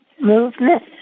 movement